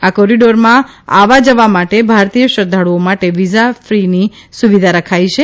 આ કોરીડોરમાં આવવા જવા માટે ભારતીય શ્રદ્વાળુઓ માટે વિઝા વિના સુવિધા અપાઈ છે